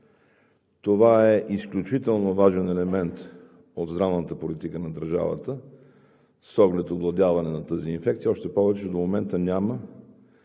Това е изключително важен елемент от здравната политика на държавата с оглед овладяване на тази инфекция, още повече до момента няма